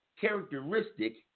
characteristic